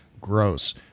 Gross